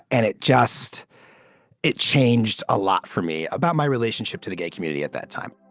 and it just it changed a lot for me about my relationship to the gay community at that time.